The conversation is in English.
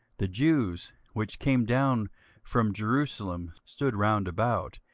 the jews which came down from jerusalem stood round about,